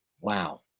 wow